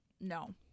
No